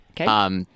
Okay